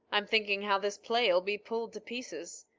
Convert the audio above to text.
i'm thinking how this play'll be pulled to pieces.